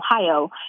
Ohio